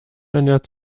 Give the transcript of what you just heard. ernährt